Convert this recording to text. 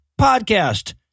podcast